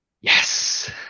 yes